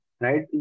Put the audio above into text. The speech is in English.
right